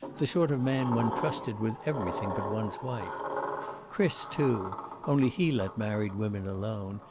the sort of man one trusted with everything but one's wife chris, too only he let married women alone,